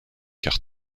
car